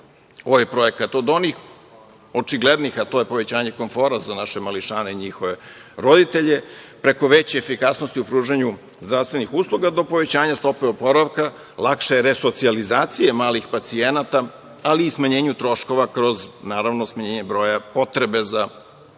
ovaj projekat, od onih očiglednih, a to je povećanje komfora za naše mališane i njihove roditelje, preko veće efikasnosti u pružanju zdravstvenih usluga, do povećanja stope oporavka, lakše resocijalizacije malih pacijenata, ali i smanjenju troškova kroz smanjenje broja potrebe za lečenje